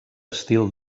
estil